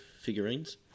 figurines